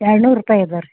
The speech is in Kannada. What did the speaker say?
ಎರಡುನೂರು ರೂಪಾಯಿ ಅದವ ರೀ